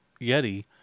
Yeti